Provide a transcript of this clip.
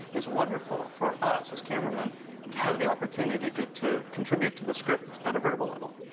it's wonderful for us as cameramen to have the opportunity to to contribute to the script at a verbal level.